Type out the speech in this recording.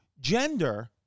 Gender